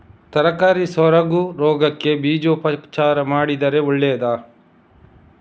ತರಕಾರಿ ಸೊರಗು ರೋಗಕ್ಕೆ ಬೀಜೋಪಚಾರ ಮಾಡಿದ್ರೆ ಒಳ್ಳೆದಾ?